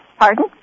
Pardon